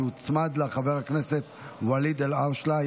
שהוצמד לה חבר הכנסת ואליד אלהואשלה.